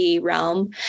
realm